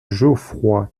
geoffroy